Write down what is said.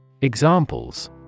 Examples